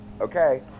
okay